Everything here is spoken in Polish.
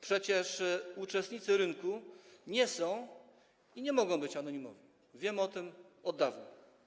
Przecież uczestnicy rynku nie są i nie mogą być anonimowi, wiemy o tym od dawna.